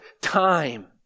time